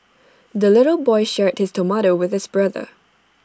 the little boy shared his tomato with his brother